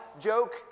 joke